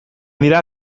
dira